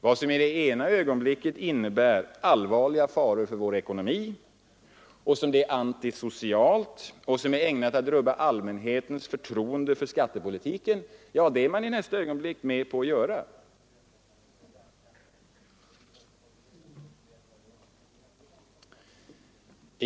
Vad som i ena ögonblicket innebär ”allvarliga faror för vår ekonomi” och är ”antisocialt” samt ägnat att rubba ”allmänhetens förtroende för skattepolitiken”, är man i nästa stund med på att göra.